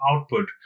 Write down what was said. output